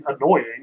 annoying